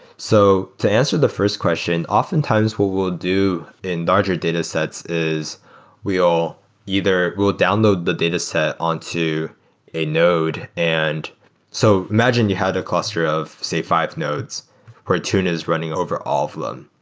so to answer the first question, oftentimes, what we'll do in larger datasets is we all either we'll download the data set onto a node. and so imagine, you had a cluster of, say, five nodes where tune is running over all of them.